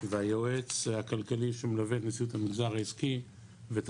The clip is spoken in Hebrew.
והיועץ הכלכלי שמלווה את נשיאות המגזר העסקי ואת